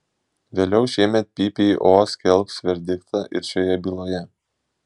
vėliau šiemet ppo skelbs verdiktą ir šioje byloje